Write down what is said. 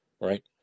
right